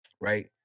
Right